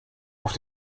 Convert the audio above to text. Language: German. auf